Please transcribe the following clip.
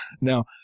Now